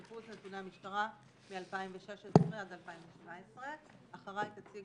ריכוז נתוני המשטרה מ-2016 עד 2017. אחריי תציג